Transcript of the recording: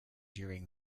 during